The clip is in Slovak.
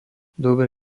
dobré